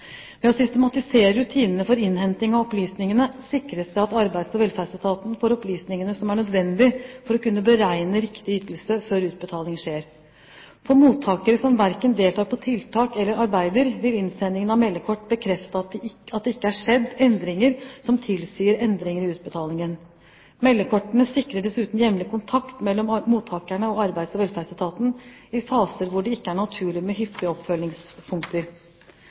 Ved å systematisere rutinene for innhenting av opplysningene sikres det at Arbeids- og velferdsetaten får opplysningene som er nødvendige for å kunne beregne riktig ytelse før utbetaling skjer. For mottakere som verken deltar på tiltak eller arbeider, vil innsendingen av meldekortet bekrefte at det ikke er skjedd endringer som tilsier endringer i utbetalingen. Meldekortene sikrer dessuten jevnlig kontakt mellom mottakerne og Arbeids- og velferdsetaten i faser hvor det ikke er naturlig med hyppige